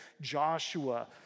Joshua